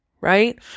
Right